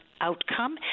outcome